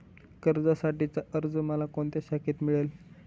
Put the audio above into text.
कर्जासाठीचा अर्ज मला कोणत्या शाखेत मिळेल?